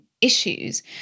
Issues